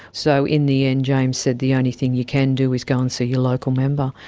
so in the end james said the only thing you can do is go and see your local member,